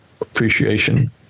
appreciation